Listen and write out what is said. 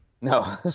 No